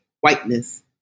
whiteness